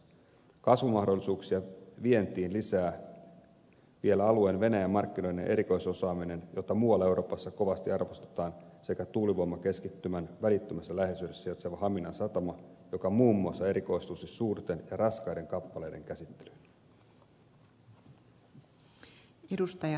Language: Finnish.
kasvumahdollisuuksia vientiin lisää vielä alueen venäjän markkinoiden erikoisosaaminen jota muualla euroopassa kovasti arvostetaan sekä tuulivoimakeskittymän välittömässä läheisyydessä sijaitseva haminan satama joka muun muassa erikoistuisi suurten ja raskaiden kappaleiden käsittelyyn